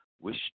wish